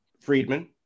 Friedman